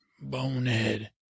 bonehead